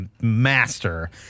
master